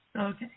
Okay